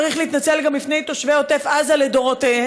צריך להתנצל גם בפני תושבי עוטף עזה לדורותיהם,